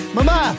Mama